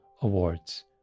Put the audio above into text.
awards